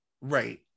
right